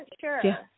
sure